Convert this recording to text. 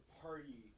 party